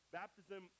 baptism